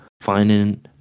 finding